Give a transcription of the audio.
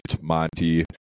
Monty